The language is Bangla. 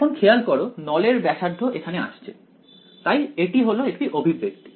এখন খেয়াল করো নলের ব্যাসার্ধ এখানে আসছে তাই এটি হলো একটি অভিব্যক্তি